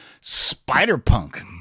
Spider-Punk